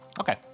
Okay